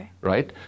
right